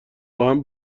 باهم